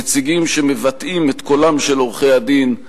נציגים שמבטאים את קולם של עורכי-הדין,